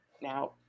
Now